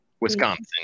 Wisconsin